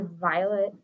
violet